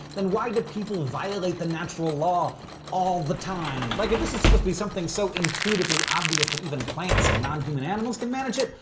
then why do people violate the natural law all the time! like, if this is supposed to be something so intuitively obvious that even plants and non-human animals can manage it,